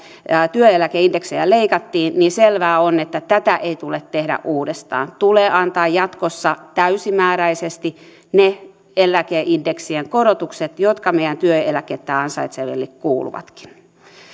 työeläkeindeksejä leikattiin niin selvää on että tätä ei tule tehdä uudestaan tulee antaa jatkossa täysimääräisesti ne eläkeindeksien korotukset jotka meidän työeläkettä ansaitseville kuuluvatkin